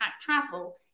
travel